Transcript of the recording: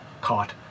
caught